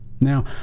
Now